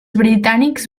britànics